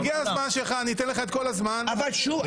אפשר שנייה?